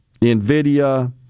NVIDIA